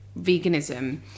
veganism